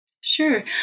Sure